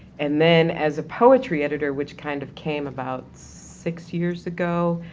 and then as a poetry editor, which kind of came about six years ago,